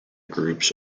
groups